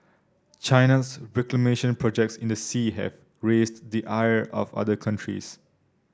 China's reclamation projects in the sea have raised the ire of other countries